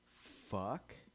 Fuck